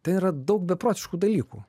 ten yra daug beprotiškų dalykų